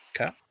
Okay